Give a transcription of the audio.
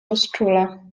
rozczula